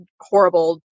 horrible